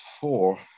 four